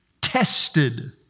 tested